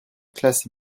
classes